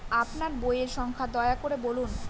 আপনার বইয়ের সংখ্যা দয়া করে বলুন?